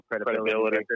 credibility